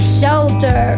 shelter